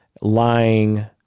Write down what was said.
lying